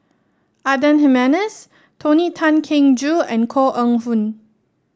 Adan Jimenez Tony Tan Keng Joo and Koh Eng Hoon